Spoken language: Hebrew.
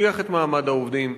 תבטיח את מעמד העובדים,